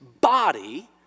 body